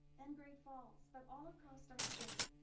and great falls, but all across our state,